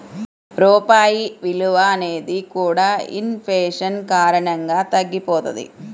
రూపాయి విలువ అనేది కూడా ఇన్ ఫేషన్ కారణంగా తగ్గిపోతది